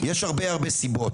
יש הרבה הרבה סיבות,